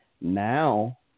Now